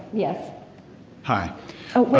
yes hi oh,